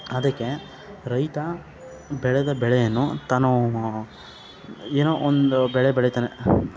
ಅದಕ್ಕೆ ರೈತ ಬೆಳೆದ ಬೆಳೆಯನ್ನು ತಾನು ಏನೋ ಒಂದು ಬೆಳೆ ಬೆಳೀತಾನೆ